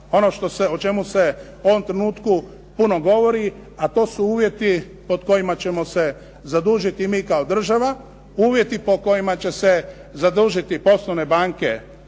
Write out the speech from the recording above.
ono o čemu se u ovom trenutku puno govori, a to su uvjeti pod kojima ćemo se zadužiti mi kao država, uvjeti po kojima će se zadužiti poslovne banke